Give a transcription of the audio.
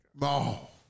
No